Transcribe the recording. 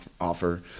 offer